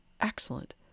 excellent